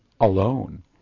alone